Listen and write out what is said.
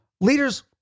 leaders